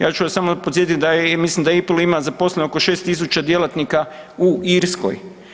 Ja ću vas samo podsjetit da je, ja mislim da … [[Govornik se ne razumije]] ima zaposleno oko 6.000 djelatnika u Irskoj.